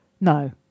no